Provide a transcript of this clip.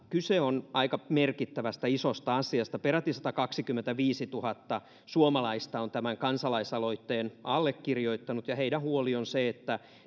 kyse on aika merkittävästä isosta asiasta peräti satakaksikymmentäviisituhatta suomalaista on tämän kansalaisaloitteen allekirjoittanut ja heidän huolensa on se että